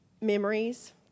Memories